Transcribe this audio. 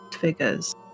figures